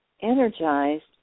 energized